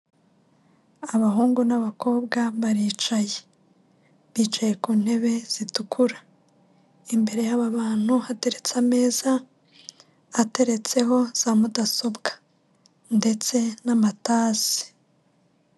Abahungu n'abakobwa baricaye. Bicaye ku ntebe zitukura. Imbere y'aba bantu hateretse ameza ateretseho za mudasobwa. Ndetse n'amatasi.